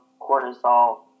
cortisol